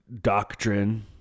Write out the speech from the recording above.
doctrine